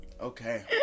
Okay